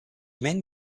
men